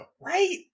right